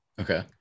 Okay